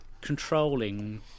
controlling